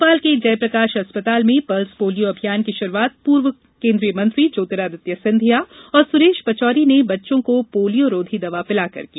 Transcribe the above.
भोपाल के जयप्रकाश अस्पताल में पल्स पोलियो अभियान की शुरुआत पूर्व केन्द्रीय मंत्री ज्योतिरादित्य सिंधिया और सुरेश पचौरी ने बच्चों को पोलियोरोधी दवा पिलाकर की